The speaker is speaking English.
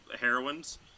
heroines